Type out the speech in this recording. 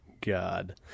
God